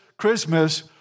Christmas